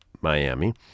Miami